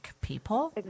people